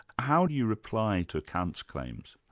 how do you reply to kant's claims?